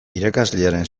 irakaslearen